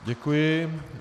Děkuji.